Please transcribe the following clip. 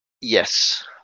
Yes